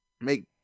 make